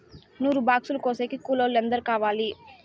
నూరు బాక్సులు కోసేకి కూలోల్లు ఎందరు కావాలి?